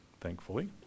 thankfully